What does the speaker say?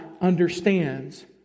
understands